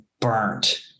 burnt